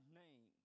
name